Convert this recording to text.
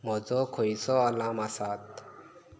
म्हजो खंंयचो अलार्म आसा